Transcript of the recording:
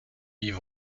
yves